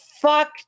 fuck